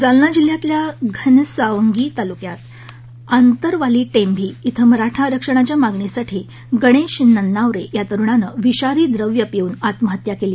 जालना जिल्ह्यातल्या घनसावंगी तालुक्यात आंतरवाली टेंभी इथं मराठा आरक्षणाच्या मागणीसाठी गणेश नन्नावरे या तरुणानं विषारी द्रव्य पिऊन आत्महत्या केली